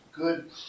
Good